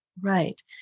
Right